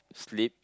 sleep